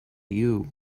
you